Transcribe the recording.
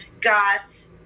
got